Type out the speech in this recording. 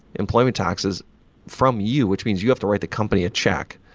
employment taxes from you, which means you have to write the company a check.